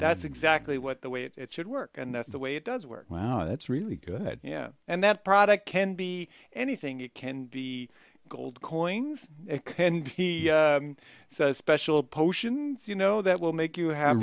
that's exactly what the way it's should work and that's the way it does work wow that's really good yeah and that product can be anything it can be gold coins it can be special potions you know that will make you have